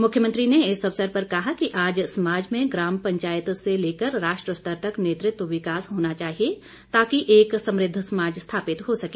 मुख्यमंत्री ने इस अवसर पर कहा कि आज समाज में ग्राम पंचायत से लेकर राष्ट्र स्तर तक नेतृत्व विकास होना चाहिए ताकि एक समृद्ध समाज स्थापित हो सके